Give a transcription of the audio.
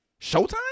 Showtime